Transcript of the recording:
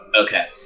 Okay